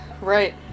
Right